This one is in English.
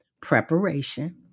Preparation